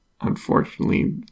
unfortunately